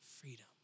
freedom